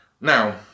Now